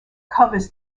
covers